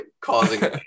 causing